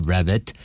Rabbit